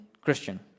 Christian